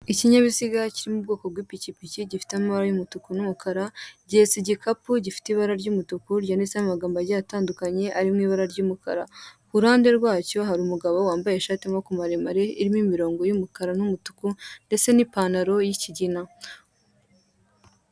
Ikinyabiziga kiri mu bwoko bw'ipikipiki gifite amabara y'umutuku n'umukara, gihetse igikapu gifite ibara ry'umutuku ryanditseho amagambo agiye atandukanye ari mu ibara ry'umukara, ku ruhande rwacyo hari umugabo wambaye ishati y'amaboko maremare irimo imirongo y'umukara n'umutuku ndetse n'ipantaro y'ikigina.